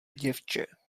děvče